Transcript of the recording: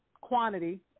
quantity